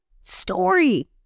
story